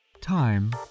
Time